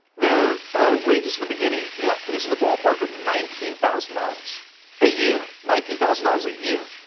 their wages in the beginning is in the ballpark of nineteen thousand dollars a year, nineteen thousand dollars a year.